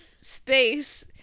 space